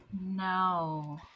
No